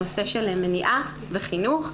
הנושא של מניעה וחינוך.